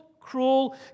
cruel